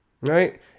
Right